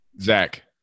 Zach